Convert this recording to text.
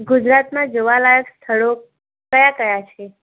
ગુજરાતમાં જોવા લાયક સ્થળો કયા કયા છે